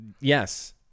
Yes